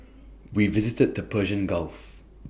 we visited the Persian gulf